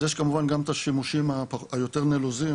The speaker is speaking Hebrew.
אז יש כמובן גם את השימושים היותר נלוזים